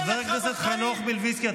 חבר הכנסת מלביצקי.